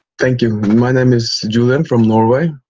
thank you, my name is julian from norway,